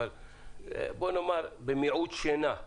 אבל נאמר שאנחנו במיעוט שינה.